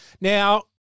Now